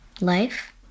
Life